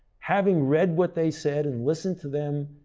having read what they said and listened to them,